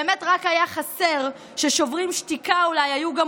באמת רק היה חסר ששוברים שתיקה אולי היו גם